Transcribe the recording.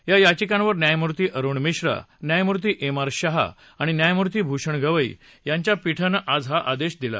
या याचिकांवर न्यायमूर्ती अरुण मिश्रा न्यायमूर्ती एम आर शाह आणि न्यायमूर्ती भूषण गवई यांच्या पीठानं आज हा आद्या दिला